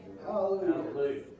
Hallelujah